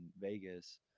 Vegas